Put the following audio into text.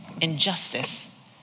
injustice